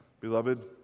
Beloved